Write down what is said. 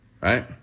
Right